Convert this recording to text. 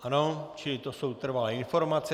Ano, čili to jsou trvalé informace.